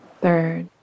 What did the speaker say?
third